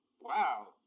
wow